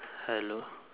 hello